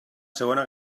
segona